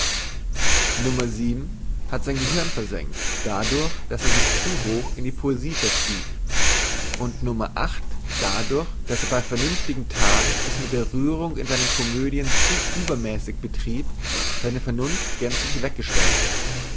no hat sein gehirn versengt dadurch daß er sich zu hoch in die poesie verstieg und no dadurch daß er bei vernünftigen tagen es mit der rührung in seinen komödien zu übermäßig betrieb seine vernunft gänzlich weggeschwemmt